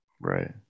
Right